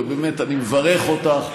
ובאמת אני מברך אותך.